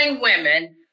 women